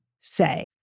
say